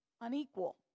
unequal